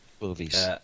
movies